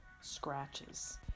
scratches